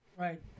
Right